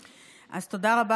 אז תודה רבה,